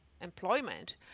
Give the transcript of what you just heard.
employment